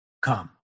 come